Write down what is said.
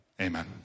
Amen